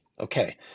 Okay